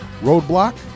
Roadblock